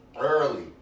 Early